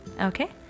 Okay